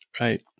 Right